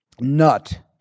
nut